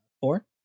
four